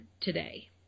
today